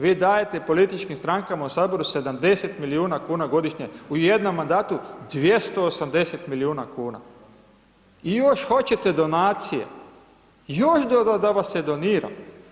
Vi dajete političkim strankama u Saboru 70 milijuna kuna godišnje, u jednom mandatu 280 milijuna kuna, i još hoćete donacije, još da vas se donira.